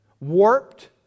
Warped